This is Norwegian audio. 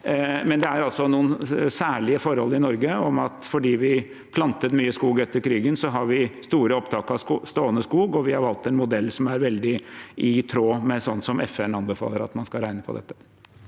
med. Det er noen særlige forhold i Norge – fordi vi plantet mye skog etter krigen, har vi store opptak av stående skog, og vi har valgt en modell som er veldig i tråd med FNs anbefaling for hvordan man skal regne på dette.